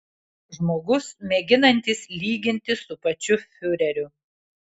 žmogus mėginantis lygintis su pačiu fiureriu